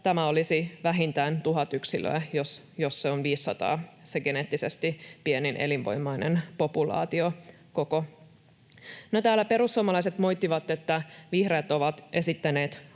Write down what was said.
tämä olisi vähintään 1 000 yksilöä, jos se geneettisesti pienin elinvoimainen populaatiokoko on 500. Täällä perussuomalaiset moittivat, että vihreät ovat esittäneet